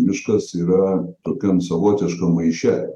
miškas yra tokiam savotiškam maiše